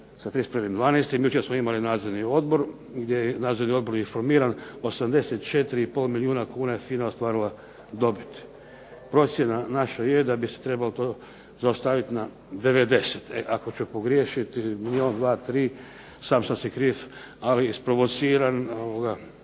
sa 31.12. jučer smo imali Nadzorni odbor gdje je Nadzorni odbor i formiran 84,5 milijuna kuna je FINA ostvarila dobiti. Procjena naša je da bi se trebalo to zaustaviti na 90. Ako ću pogriješiti milijun, dva, tri sam sam si kriv, ali isprovociran, teška